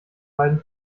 beiden